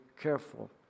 careful